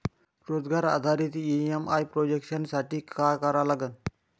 रोजगार आधारित EMI projection साठी का करा लागन?